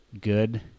good